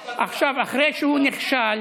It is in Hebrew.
עכשיו, אחרי שהוא נכשל,